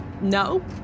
No